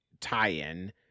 tie-in